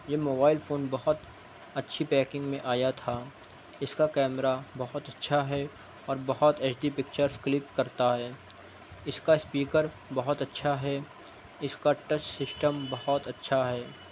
یہ mobile phone بہت اچھی پیکنگ میں آیا تھا اس کا کیمرا بہت اچھا ہے اور بہت ایچ ڈی پکچرس کلک کرتا ہے اس کا اسپیکر بہت اچھا ہے اس کا ٹچ سسٹم بہت اچھا ہے